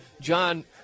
John –